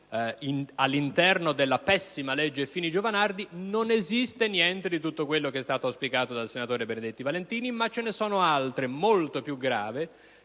all'interno della pessima legge Fini-Giovanardi non esiste niente di tutto quello che è stato spiegato dal senatore Benedetti Valentini; sono invece indicate